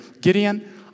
Gideon